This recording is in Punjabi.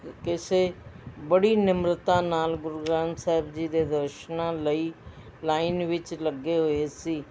ਕਿਸੇ ਬੜੀ ਨਿਮਰਤਾ ਨਾਲ ਗੁਰੂ ਗ੍ਰੰਥ ਸਾਹਿਬ ਜੀ ਦੇ ਦਰਸ਼ਨਾਂ ਲਈ ਲਾਈਨ ਵਿੱਚ ਲੱਗੇ ਹੋਏ ਸੀ